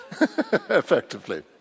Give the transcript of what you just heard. effectively